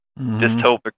dystopic